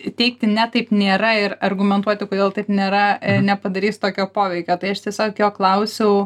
teigti ne taip nėra ir argumentuoti kodėl taip nėra nepadarys tokio poveikio tai aš tiesiog jo klausiau